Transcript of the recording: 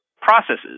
processes